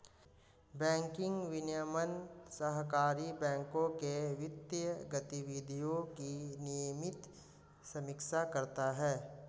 banking विनियमन सहकारी बैंकों के वित्तीय गतिविधियों की नियमित समीक्षा करता है